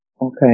Okay